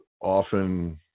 often